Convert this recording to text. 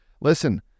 Listen